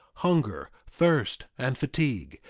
hunger, thirst, and fatigue,